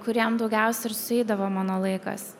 kuriem daugiausia ir sueidavo mano laikas